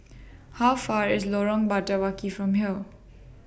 How Far away IS Lorong Batawi from here